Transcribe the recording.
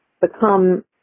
become